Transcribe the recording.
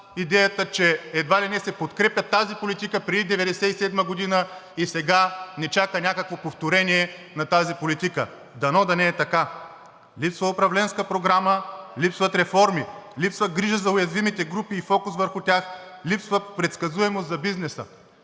идеята, че едва ли не се подкрепя тази политика преди 1997 г. и сега ни чака някакво повторение на тази политика. Дано да не е така! Липсва управленска програма, липсват реформи, липсва грижа за уязвимите групи и фокус върху тях, липсва предсказуемост за бизнеса.